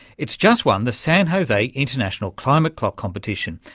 it's just won the san jose international climate clock competition.